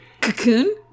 Cocoon